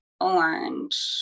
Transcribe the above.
orange